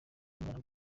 umwana